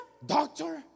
doctor